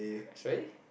sorry